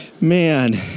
Man